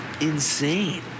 insane